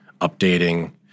updating